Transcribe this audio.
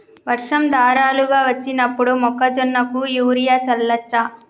వర్షం ధారలుగా వచ్చినప్పుడు మొక్కజొన్న కు యూరియా చల్లచ్చా?